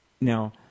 Now